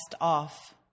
off